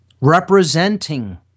representing